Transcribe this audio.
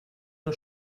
nur